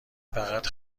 فقط